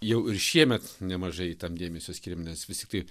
jau ir šiemet nemažai tam dėmesio skiriam nes vis tiktai